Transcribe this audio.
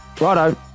Righto